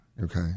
Okay